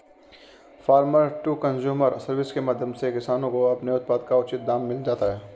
farmer to consumer service के माध्यम से किसानों को अपने उत्पाद का उचित दाम मिल जाता है